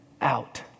out